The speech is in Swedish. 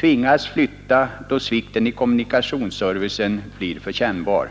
tvingas flytta, då svikten i kommunikationsservicen blir för kännbar.